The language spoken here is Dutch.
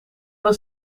was